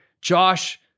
Josh